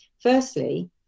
firstly